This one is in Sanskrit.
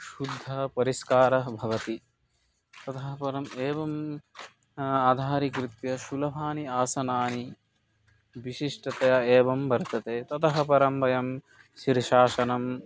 शुद्धः परिष्कारः भवति ततः परम् एवं आधारीकृत्य सुलभानि आसनानि विशिष्टतया एवं वर्तते ततः परं वयं शीर्षासनम्